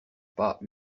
pas